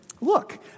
look